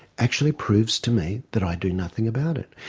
actually proves to me that i do nothing about it.